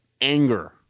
anger